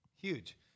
Huge